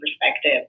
perspective